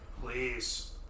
Please